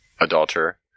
adulterer